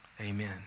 amen